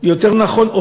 יותר נכון,